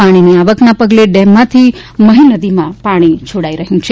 પાણીની આવકના પગલે ડેમ માંથી મહીનદીમાં પાણી છોડાઇ રહ્યું છે